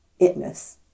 itness